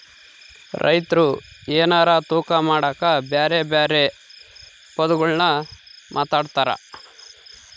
ರೈತ್ರು ಎನಾರ ತೂಕ ಮಾಡಕ ಬೆರೆ ಬೆರೆ ಪದಗುಳ್ನ ಮಾತಾಡ್ತಾರಾ